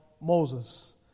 Moses